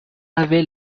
avait